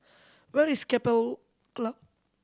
where is Keppel Club